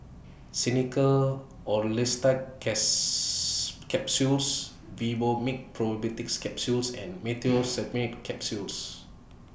Xenical Orlistat Capsules Vivomixx Probiotics Capsule and Meteospasmyl Simeticone Capsules